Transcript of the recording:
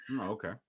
okay